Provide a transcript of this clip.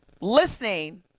listening